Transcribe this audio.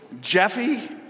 Jeffy